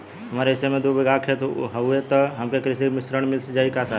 हमरे हिस्सा मे दू बिगहा खेत हउए त हमके कृषि ऋण मिल जाई साहब?